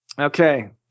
Okay